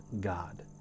God